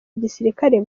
gisirikare